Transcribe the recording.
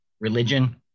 religion